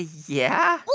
yeah well,